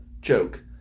joke